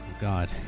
God